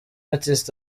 artist